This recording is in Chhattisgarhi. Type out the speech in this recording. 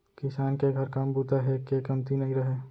किसान के घर काम बूता हे के कमती नइ रहय